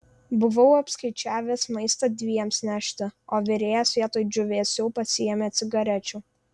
buvau apskaičiavęs maistą dviems nešti o virėjas vietoj džiūvėsių pasiėmė cigarečių